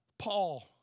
Paul